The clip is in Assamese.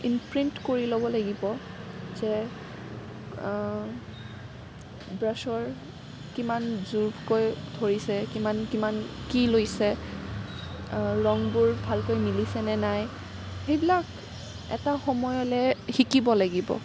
ইম্প্ৰিণ্ট কৰি ল'ব লাগিব যে ব্ৰাছৰ কিমান জোৰকৈ ধৰিছে কিমান কিমান কি লৈছে ৰঙবোৰ ভালকৈ মিলিছে নে নাই সেইবিলাক এটা সময়লৈ শিকিব লাগিব